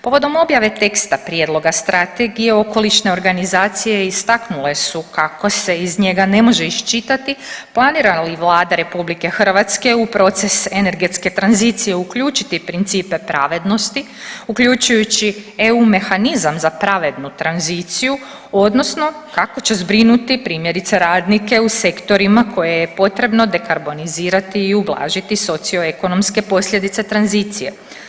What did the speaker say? Povodom objave teksta prijedloga strategije okolišne organizacije istaknule su kako se iz njega ne može iščitati planira li Vlada RH u proces energetske tranzicije uključiti principe pravednosti uključujući EU mehanizam za pravednu tranziciju odnosno kako će zbrinuti primjerice radnike u sektorima koje je potrebno dekarbonizirati i ublažiti socioekonomske posljedice tranzicije.